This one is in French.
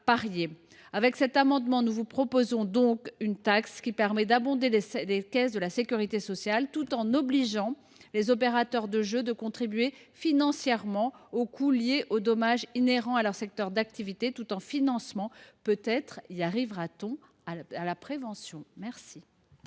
Avec cet amendement, nous vous proposons donc une taxe qui abondera les caisses de la sécurité sociale tout en obligeant les opérateurs de jeu à contribuer financièrement aux coûts liés aux dommages inhérents à leur secteur d’activité, le tout en finançant – peut être arrivera t on à la développer